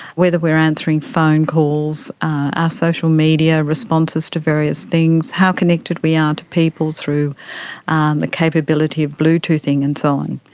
whether we are answering phone calls, our social media responses to various things, how connected we are to people through and the capability of bluetooth and so on.